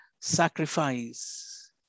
sacrifice